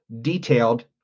detailed